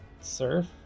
Surf